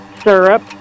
syrup